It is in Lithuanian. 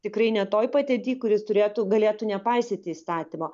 tikrai ne toj padėty kur jis turėtų galėtų nepaisyti įstatymo